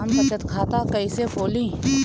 हम बचत खाता कईसे खोली?